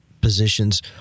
positions